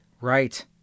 right